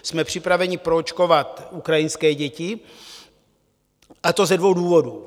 Jsme připraveni proočkovat ukrajinské děti, a to ze dvou důvodů.